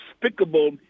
despicable